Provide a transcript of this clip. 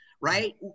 right